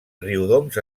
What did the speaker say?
riudoms